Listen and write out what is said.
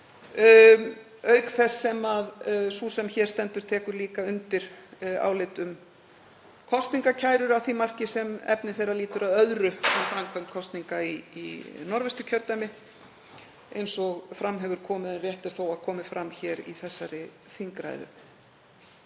Auk þess sem sú sem hér stendur tekur líka undir álit um kosningakærur, að því marki sem efni þeirra lýtur að öðru en framkvæmd kosninga í Norðvesturkjördæmi, eins og fram hefur komið en er þó rétt að komi fram í þessari þingræðu.